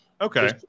Okay